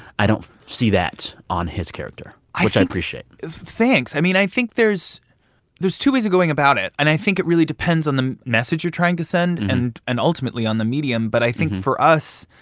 i don't see that on his character. i think. which i appreciate thanks. i mean, i think there's there's two ways of going about it. and i think it really depends on the message you're trying to send and, and ultimately, on the medium. but i think for us